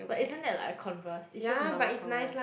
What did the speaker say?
but isn't that like a Converse is just a normal Converse